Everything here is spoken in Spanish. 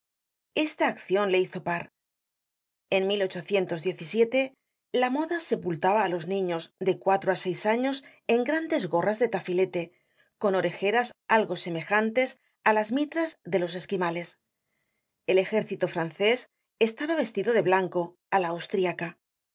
esta accion le hizo par en la moda sepultaba á los niños de cuatro á seis años en grandes gorras de tafilete con orejeras algo semejantes á las mitras de los esquimales el ejército francés estaba vestido de blanco á la austriaca